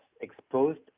exposed